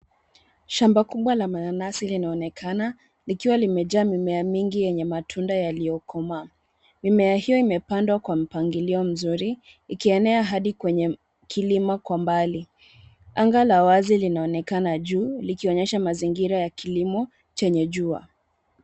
Shamba kubwa la mananasi linaonekana, likiwa limejaa mimea mingi yenye matunda yaliyokomaa. Mimea hiyo imepandwa kwenye mpangilio mzuri, ikienea hadi kwenye kilima kwa mbali. Anga la wazi linaonekana juu, likionyesha mazingira ya kilimo, chenye jua.